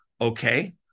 okay